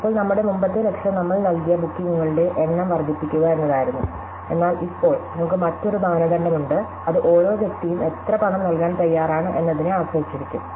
ഇപ്പോൾ നമ്മുടെ മുമ്പത്തെ ലക്ഷ്യം നമ്മൾ നൽകിയ ബുക്കിംഗുകളുടെ എണ്ണം വർദ്ധിപ്പിക്കുക എന്നതായിരുന്നു എന്നാൽ ഇപ്പോൾ നമുക്ക് മറ്റൊരു മാനദണ്ഡമുണ്ട് അത് ഓരോ വ്യക്തിയും എത്ര പണം നൽകാൻ തയ്യാറാണ് എന്നതിനെ ആശ്രയിച്ചിരിക്കും